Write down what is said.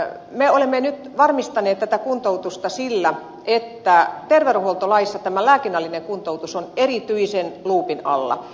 mutta me olemme nyt varmistaneet tätä kuntoutusta sillä että terveydenhuoltolaissa tämä lääkinnällinen kuntoutus on erityisen luupin alla